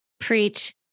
Preach